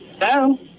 Hello